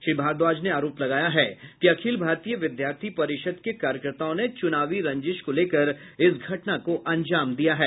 श्री भारद्वाज ने आरोप लगाया है कि अखिल भारतीय विद्यार्थी परिषद् के कार्यकर्ताओं ने चुनावी रंजिश को लेकर इस घटना को अंजाम दिया है